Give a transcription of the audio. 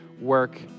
work